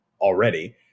already